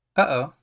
Uh-oh